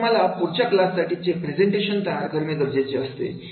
आता तुम्हाला पुढच्या क्लास साठी चे प्रेझेन्टेशन तयार करणे गरजेचे असते